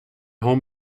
home